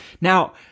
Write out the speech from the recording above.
Now